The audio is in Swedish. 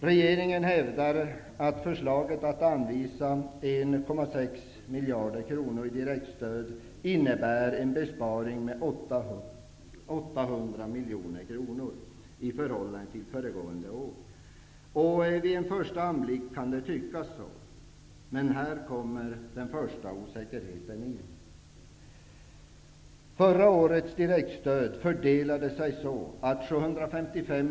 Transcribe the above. Regeringen hävdar att förslaget om att anvisa 1,6 miljarder kronor för direktbidrag innebär en besparing på ca 800 miljoner kronor i förhållande till föregående år. Vid en första anblick kan det tyckas som om det är så, men sedan blir man ändå osäker på om det kan stämma.